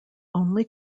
only